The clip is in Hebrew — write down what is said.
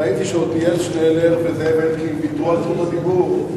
ראיתי שעתניאל שנלר וזאב אלקין ויתרו על זכות הדיבור,